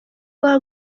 بار